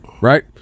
right